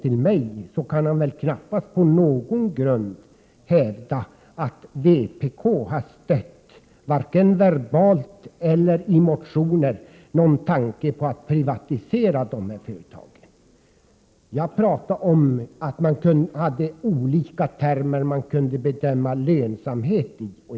Men i det avseendet finns det knappast någon grund att hävda att vi i vpk — vare sig i tal eller i motioner — gett uttryck för att vi skulle ha anslutit oss till tanken på en privatisering av dessa företag. Jag sade att det förekommer olika termer när det gäller att bedöma lönsamheten.